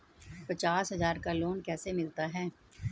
पचास हज़ार का लोन कैसे मिलता है?